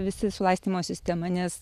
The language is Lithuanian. visi su laistymo sistema nes